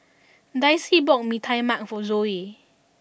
Dicy bought Mee Tai Mak for Zoie